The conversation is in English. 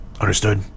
Understood